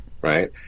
Right